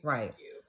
Right